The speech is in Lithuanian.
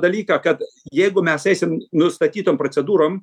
dalyką kad jeigu mes eisim nustatytom procedūrom